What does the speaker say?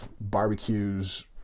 barbecues